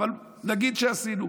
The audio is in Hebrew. אבל נגיד שעשינו.